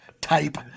type